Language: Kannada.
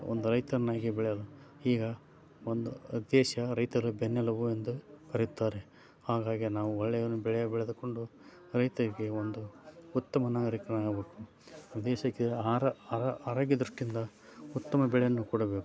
ಒಂದು ರೈತನಾಗಿ ಬೆಳೆಯಲು ಈಗ ಒಂದು ದೇಶ ರೈತರ ಬೆನ್ನೆಲುಬು ಎಂದು ಕರೆಯುತ್ತಾರೆ ಹಾಗಾಗಿ ನಾವು ಒಳ್ಳೆಯ ಒಂದು ಬೆಳೆ ಬೆಳೆದುಕೊಂಡು ರೈತರಿಗೆ ಒಂದು ಉತ್ತಮ ನಾಗರೀಕನಾಗಬೇಕು ದೇಶಕ್ಕೆ ಆರ್ ಆರ್ ಆರೋಗ್ಯ ದೃಷ್ಟಿಯಿಂದ ಉತ್ತಮ ಬೆಳೆಯನ್ನು ಕೊಡಬೇಕು